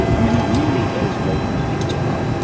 i mean, it really is waking people up.